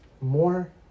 more